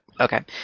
Okay